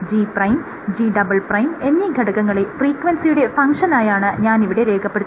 G' G" എന്നീ ഘടകങ്ങളെ ഫ്രീക്വൻസിയുടെ ഫങ്ഷനായാണ് ഞാനിവിടെ രേഖപ്പെടുത്തുന്നത്